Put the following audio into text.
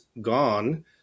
gone